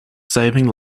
saving